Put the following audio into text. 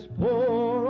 poor